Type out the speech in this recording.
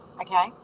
okay